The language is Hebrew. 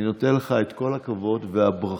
אני נותן לך את כל הכבוד והברכות